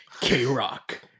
K-Rock